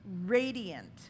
radiant